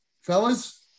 fellas